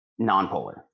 nonpolar